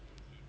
mm